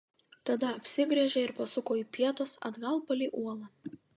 tada apsigręžė ir pasuko į pietus atgal palei uolą